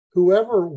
Whoever